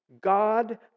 God